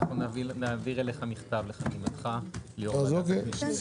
נעביר אליך מכתב לחתימתך ליו"ר ועדת הכנסת.